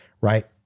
right